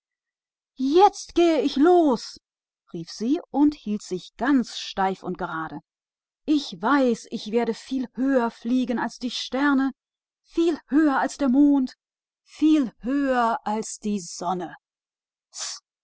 jetzt steig ich auf rief die rakete und machte sich ganz steif und gerade ich weiß daß ich viel höher steigen werde als die sterne viel höher als der mond viel höher als die sonne